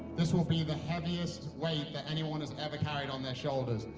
this will be the heaviest weight that anyone has ever carried on their shoulders.